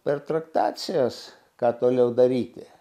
per traktacijas ką toliau daryti